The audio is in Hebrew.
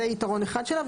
זה יתרון אחד שלה,